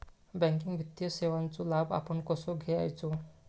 Banking वित्तीय सेवाचो लाभ आपण कसो घेयाचो?